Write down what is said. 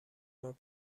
ماه